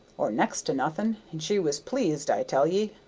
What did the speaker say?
or next to nothing, and she was pleased, i tell ye.